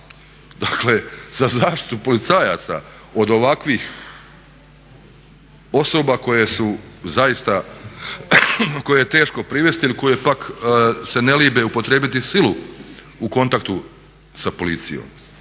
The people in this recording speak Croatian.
Dakle, za zaštitu policajaca od ovakvih osoba koje su zaista, koje je teško privesti ili koje pak se ne libe upotrijebiti silu u kontaktu sa policijom.